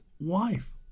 wife